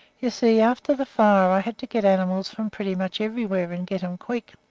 you see, after the fire, i had to get animals from pretty much everywhere, and get em quick.